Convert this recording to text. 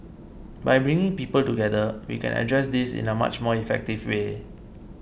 by bringing people together we can address this in a much more effective way